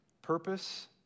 Purpose